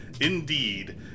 Indeed